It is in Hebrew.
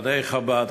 רבני חב"ד,